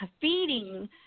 feeding